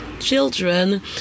children